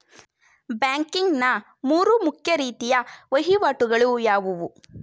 Banking ನ ಮೂರು ಮುಖ್ಯ ರೀತಿಯ ವಹಿವಾಟುಗಳು ಯಾವುವು?